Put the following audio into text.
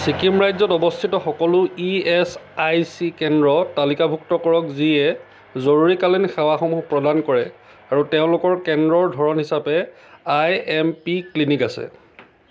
ছিকিম ৰাজ্যত অৱস্থিত সকলো ই এচ আই চি কেন্দ্ৰৰ তালিকাভুক্ত কৰক যিয়ে জৰুৰীকালীন সেৱাসমূহ প্ৰদান কৰে আৰু তেওঁলোকৰ কেন্দ্ৰৰ ধৰণ হিচাপে আই এম পি ক্লিনিক আছে